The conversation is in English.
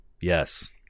Yes